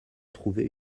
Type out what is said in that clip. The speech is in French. trouver